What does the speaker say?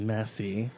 Messy